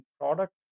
product